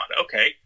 Okay